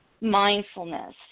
mindfulness